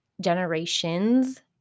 generations